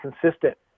consistent